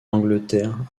angleterre